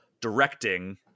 directing